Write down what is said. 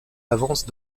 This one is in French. avances